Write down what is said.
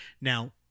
Now